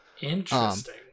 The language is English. Interesting